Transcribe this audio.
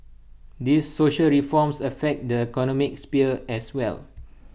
these social reforms affect the economic sphere as well